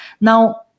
Now